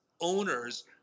owners